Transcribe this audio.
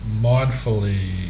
mindfully